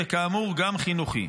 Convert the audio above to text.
וכאמור גם חינוכי.